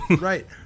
Right